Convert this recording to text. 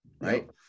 Right